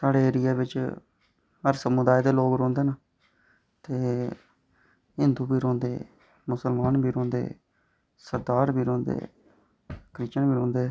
साढ़े एरिया बिच हर समुदाय दे लोक रौहंदे न ते हिंदु बी रौहंदे मुसलमान बी रौहंदे सरदार बी रौहंदे क्रिशिचयन बी रौहंदे